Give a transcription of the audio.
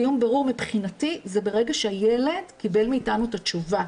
סיום בירור מבחינתי זה ברגע שהילד קיבל מאתנו את התשובה.